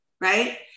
Right